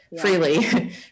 freely